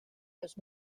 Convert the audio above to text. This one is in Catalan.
dos